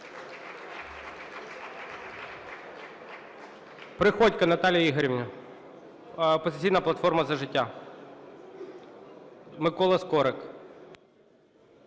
Приходько Наталія Ігорівна, "Опозиційна платформа – За життя". Микола Скорик.